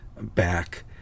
back